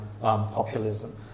populism